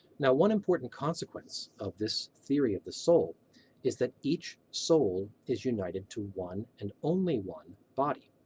now, one important consequence of this theory of the soul is that each soul is united to one and only one body.